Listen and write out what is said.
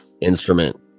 instrument